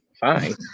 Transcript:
Fine